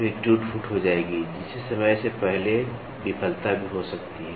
फिर टूट फूट हो जाएगी जिससे समय से पहले विफलता भी हो सकती है